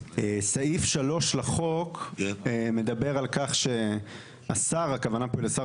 סעיף 3 לחוק מדבר על כך שהשר הכוונה פה לשר